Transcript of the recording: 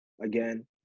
Again